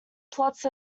plots